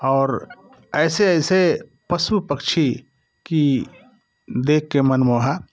और ऐसे ऐसे पशु पक्षी को देख के मन मोह